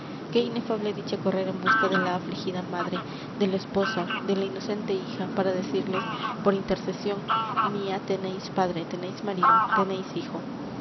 qué inefable dicha correr en busca de la afligida madre de la esposa de la inocente hija para decirles por intercesión mía tenéis padre tenéis marido tenéis hijo